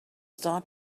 start